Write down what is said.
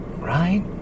right